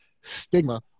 stigma